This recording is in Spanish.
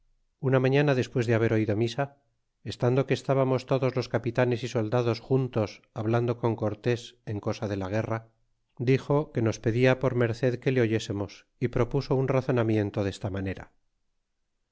una mañana despues de haber oído misa estando que estábamos todos los capitanes y soldados juntos hablando con cortés en cosa de la guerra dixo que nos pedia por merced que le oyésemos y propuso un razonamiento desta manera